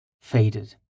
faded